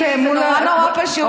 זה נורא נורא פשוט.